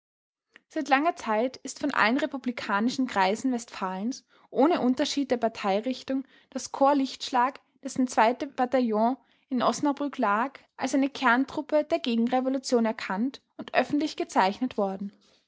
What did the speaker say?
seit langer zeit ist von allen republikanischen kreisen westfalens ohne unterschied der parteirichtung das korps lichtschlag dessen bataillon in osnabrück lag als eine kerntruppe der gegenrevolution erkannt und öffentlich gezeichnet worden